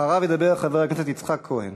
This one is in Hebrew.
אחריו ידבר חבר הכנסת יצחק כהן.